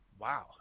wow